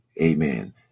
amen